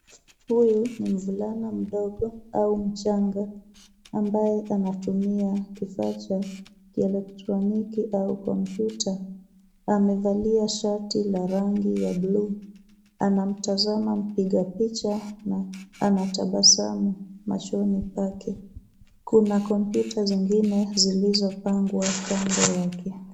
Huyu mvulana mdogo au mchanga ambaye anatumia kifaa cha kielektroniki au kompyuta amevalia shati la rangi ya bluu. Anamtamzama mpiga picha na ana tabasamu machoni pake. Kuna kompyuta zingine zilizopangwa kando yake.